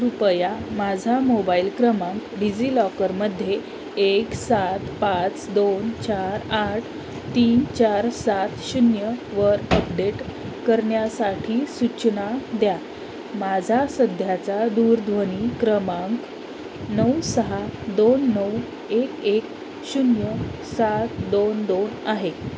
कृपया माझा मोबाईल क्रमांक डिझिलॉकरमध्ये एक सात पाच दोन चार आठ तीन चार सात शून्यवर अपडेट करण्यासाठी सूचना द्या माझा सध्याचा दूरध्वनी क्रमांक नऊ सहा दोन नऊ एक एक शून्य सात दोन दोन आहे